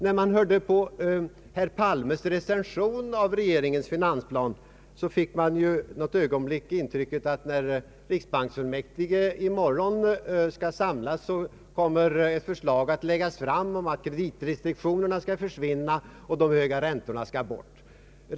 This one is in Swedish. Då herr Palme recenserade regeringens finansplan fick man för ett ögonblick intrycket att när riksbanksfullmäktige i morgon skall samlas, kommer förslag att läggas fram om att kreditrestriktionerna skall försvinna och de höga räntorna skall bort.